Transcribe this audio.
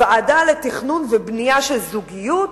ועדה לתכנון ובנייה של זוגיות,